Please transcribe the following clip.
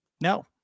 No